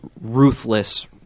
ruthless